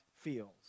feels